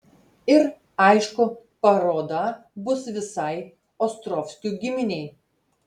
ir aišku paroda bus visai ostrovskių giminei